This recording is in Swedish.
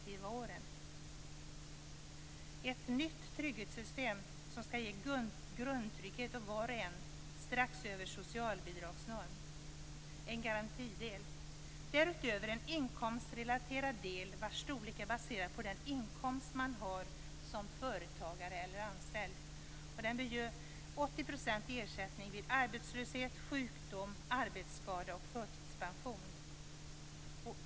Det skall vara ett nytt trygghetssystem som skall ge grundtrygghet åt var och en strax över socialbidragsnormen - en garantidel. Därutöver skall det finnas en inkomstrelaterad del vars storlek är baserad på den inkomst man har som företagare eller anställd. Den bör ge 80 % i ersättning vid arbetslöshet, sjukdom, arbetsskada och förtidspension.